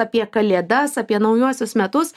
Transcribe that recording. apie kalėdas apie naujuosius metus